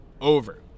over